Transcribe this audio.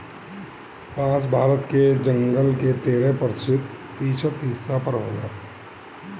बांस भारत के जंगल के तेरह प्रतिशत हिस्सा पर होला